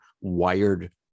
wired